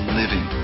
living